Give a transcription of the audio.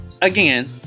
again